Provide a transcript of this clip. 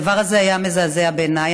הדבר הזה היה מזעזע בעיניי,